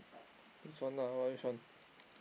this one ah what which one